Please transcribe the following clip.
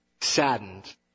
saddened